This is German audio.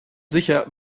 sicher